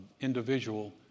individual